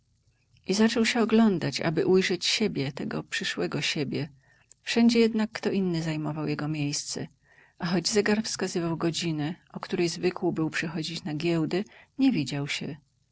zaczął się oglądać aby ujrzeć siebie tego przyszłego siebie wszędzie jednak kto inny zajmował jego miejsce a choć zegar wskazywał godzinę o której zwykł był przychodzić na giełdę nie widział się